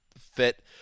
fit